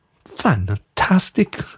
fantastic